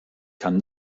kann